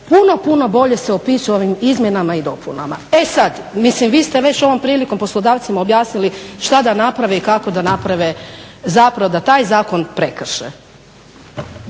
puno, puno bolje se opisuje ovim izmjenama i dopunama. E sad, mislim vi ste već ovom prilikom poslodavcima objasnili što da naprave i kako da naprave zapravo da taj zakon prekrše.